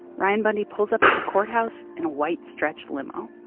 ryan bundy pulls up to the courthouse in a white stretch limo.